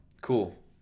Cool